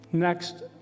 next